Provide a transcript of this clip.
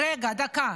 רגע, דקה.